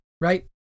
right